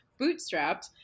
bootstrapped